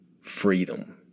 freedom